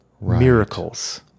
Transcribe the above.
miracles